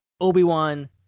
Obi-Wan